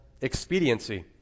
expediency